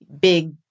big